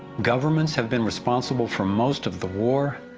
governments have been responsible for most of the war,